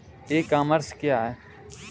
ई commerce क्या है?